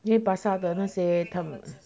因为巴刹的那些他们